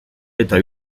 eta